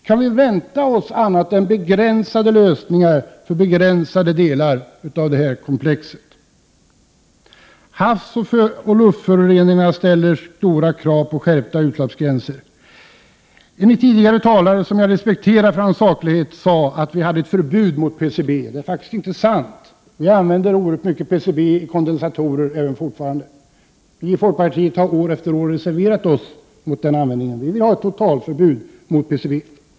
Kan vi vänta oss annat än begränsade lösningar för begränsade delar av detta komplex? Havsoch luftföroreningarna ställer stora krav på skärpta utsläppsgränser. En tidigare talare, som jag respekterar för hans saklighet, sade att vi hade ett förbud mot PCB. Det är faktiskt inte sant. Vi använder fortfarande oerhört mycket PCB i kondensatorer. Vi i folkpartiet har år efter år reserverat oss mot den användningen. Vi vill ha ett totalförbud mot PCB.